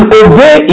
obey